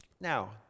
Now